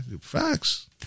Facts